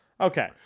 Okay